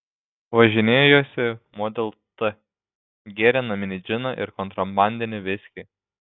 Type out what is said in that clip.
važinėjosi model t gėrė naminį džiną ir kontrabandinį viskį